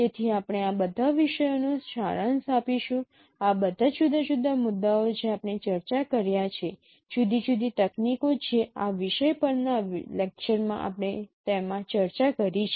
તેથી આપણે આ બધા વિષયોનો સારાંશ આપીશું આ બધા જુદા જુદા મુદ્દાઓ જે આપણે ચર્ચા કર્યા છે જુદી જુદી તકનીકો જે આ વિષય પરના આ લેક્ચર્સમાં આપણે તેમાં ચર્ચા કરી છે